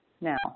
now